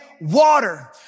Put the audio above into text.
water